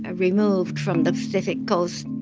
ah removed from the pacific coast.